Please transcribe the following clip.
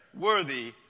worthy